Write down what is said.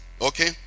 okay